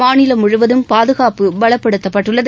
மாநிலம் முழுவதும் பாதுகாப்பு பலப்படுத்தப்பட்டுள்ளது